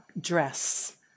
dress